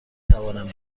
توانم